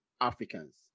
africans